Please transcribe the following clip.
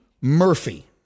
Murphy